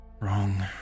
wrong